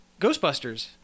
Ghostbusters